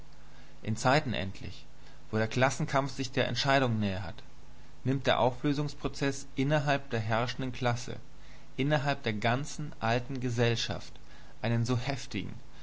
in zeiten endlich wo der klassenkampf sich der entscheidung nähert nimmt der auflösungsprozeß innerhalb der herrschenden klasse innerhalb der ganzen alten gesellschaft einen so heftigen